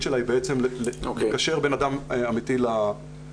שלה היא בעצם לקשר בין אדם אמיתי למשתמש.